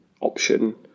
option